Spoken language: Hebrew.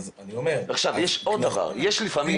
אז אני אומר --- יש עוד דבר, לפעמים